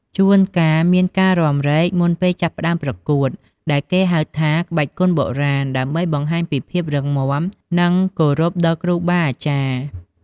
ជួនកាលមានការរាំរែកមុនពេលចាប់ផ្ដើមប្រកួត ដែលគេហៅថា ក្បាច់គុណបុរាណ ដើម្បីបង្ហាញពីភាពរឹងមាំ និងគោរពដល់គ្រូបាអាចារ្យ។